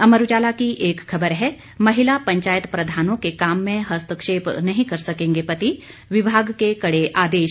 अमर उजाला की एक खबर है महिला पंचायत प्रधानों के काम में हस्तक्षेप नहीं कर सकेंगे पति विभाग के कड़े आदेश